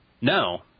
No